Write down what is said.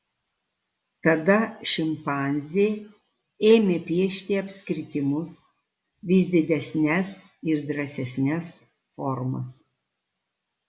tada šimpanzė ėmė piešti apskritimus vis didesnes ir drąsesnes formas